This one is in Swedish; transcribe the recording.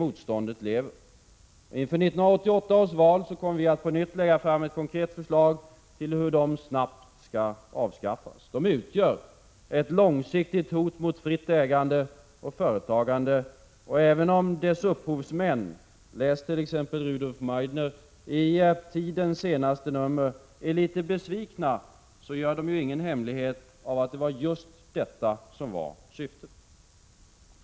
Inför 1988 års val kommer vi på nytt att lägga fram ett konkret förslag till hur de snabbt skall avskaffas. De utgör ett långsiktigt hot mot fritt ägande och fritt företagande. Även om dess upphovsmän — läs t.ex. Rudolf Meidner i Tidens senaste nummer — är litet besvikna, gör de ingen hemlighet av att det var just detta som var syftet.